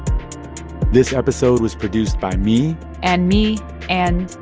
this episode was produced by me and me and.